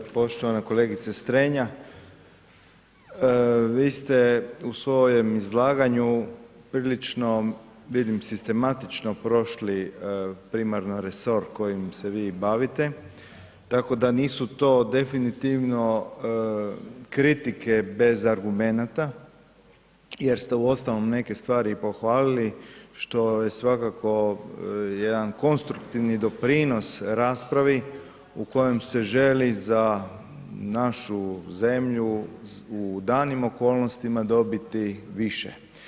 Poštovana kolegice Strenja vi ste u svojem izlaganju prilično vidim sistematično prošli primarno resor kojim se vi bavite tako da nisu to definitivno kritike bez argumenata jer ste uostalom neke stvari i pohvalili što je svakako jedan konstruktivni doprinos raspravi u kojem se želi za našu zemlju u danim okolnostima dobiti više.